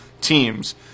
teams